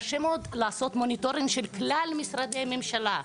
קשה מאוד לעשות מוניטורינג על כלל משרדי הממשלה,